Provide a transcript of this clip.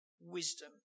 wisdom